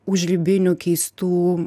už ribinių keistų